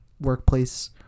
workplace